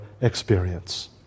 experience